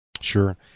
Sure